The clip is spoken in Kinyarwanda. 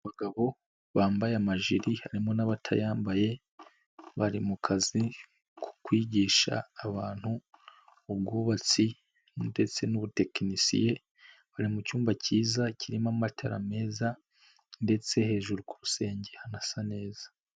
Abagabo bambaye amajiri harimo n'abatayambaye, bari mu kazi ko kwigisha abantu ubwubatsi ndetse n'ubutekinisiye, bari mucyumba kiza kirimo amatara meza, ndetse hejuru ku rusenge hanasa neza.